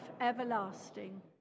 everlasting